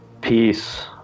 peace